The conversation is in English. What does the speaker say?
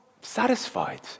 satisfied